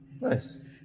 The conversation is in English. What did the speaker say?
Nice